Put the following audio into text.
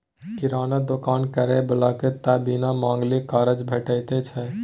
किराना दोकान करय बलाकेँ त बिन मांगले करजा भेटैत छै